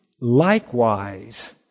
likewise